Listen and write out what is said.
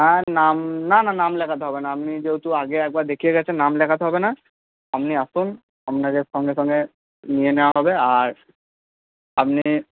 হ্যাঁ নাম না না নাম লেখাতে হবে না আপনি যেহেতু আগে একবার দেখিয়ে গেছেন নাম লেখাতে হবে না আপনি আসুন আপনাকে সঙ্গে সঙ্গে নিয়ে নেওয়া হবে আর আপনি